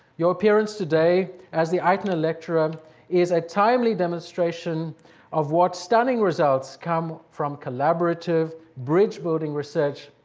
your appearance today as the eitner lecturer is a timely demonstration of what stunning results come from collaborative, bridge-building research.